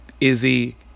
Izzy